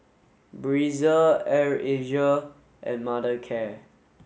Breezer Air Asia and Mothercare